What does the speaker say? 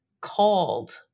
called